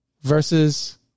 versus